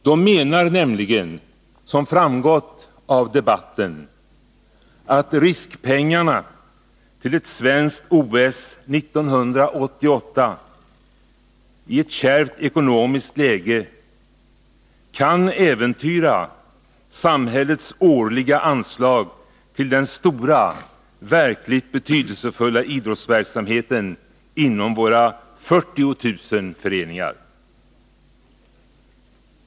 De menar nämligen, som framgått av debatten, att riskpengarna till ett svenskt OS 1988 i ett kärvt ekonomiskt läge kan äventyra samhällets årliga anslag till den stora, verkligt betydelsefulla idrottsverksamheten inom våra 40 000 föreningar.